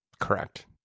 Correct